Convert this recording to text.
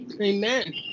amen